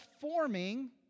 forming